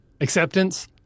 acceptance